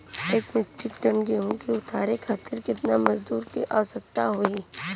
एक metric ton गेहूँ के उतारे खातीर कितना मजदूर क आवश्यकता होई?